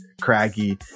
craggy